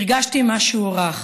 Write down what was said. הרגשתי משהו רך,